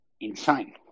insane